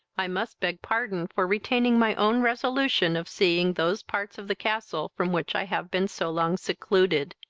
i must beg pardon for retaining my own resolution of seeing those parts of the castle from which i have been so long secluded.